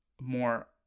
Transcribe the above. more